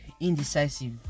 indecisive